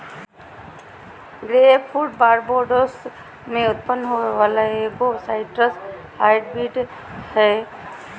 grapefruit Barbados में उत्पन्न होबो वला एगो साइट्रस हाइब्रिड हइ